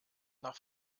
nach